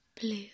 Blue